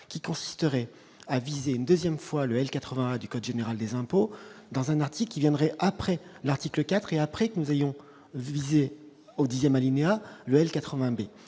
qui consisterait à viser une 2ème fois le elle 80 du code général des impôts, dans un article qui viendrait après l'article 4 et après que nous ayons visés au 2ème alinéa 80